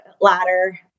ladder